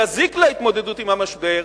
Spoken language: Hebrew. יזיק להתמודדות עם המשבר,